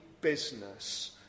business